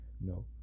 no